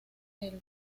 del